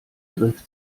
griff